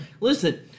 Listen